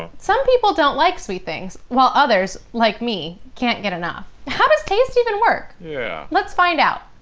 some people don't like sweet things, while others, like me, can't get enough. how does taste even work? yeah let's find out!